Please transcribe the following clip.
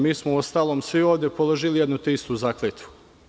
Mi smo uostalom svi ovde položili jednu te istu zakletvu.